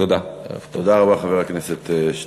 תודה רבה, חבר הכנסת שטרן.